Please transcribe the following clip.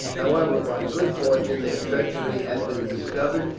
however, by good fortune their treachery had been discovered,